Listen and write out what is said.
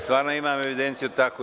Stvarno imam evidenciju takvu.